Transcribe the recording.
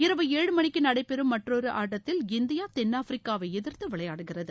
இரவு ஏழு மணிக்கு நடைபெறும் மற்றொரு ஆட்டத்தில் இந்தியா தென்னாப்பிரிக்காவை எதிர்த்து விளையாடுகிறது